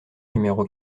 numéro